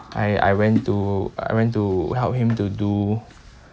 I I went to I went to help him to do